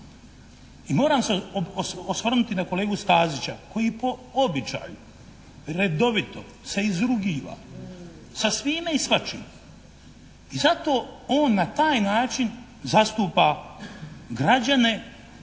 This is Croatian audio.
I moram se osvrnuti na kolegu Stazića koji po običaju redovito se izrugiva sa svime i svačime i zato on na taj način zastupa građane